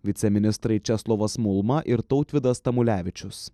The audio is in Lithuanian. viceministrai česlovas mulma ir tautvydas tamulevičius